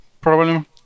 problem